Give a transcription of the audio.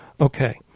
Okay